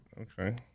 Okay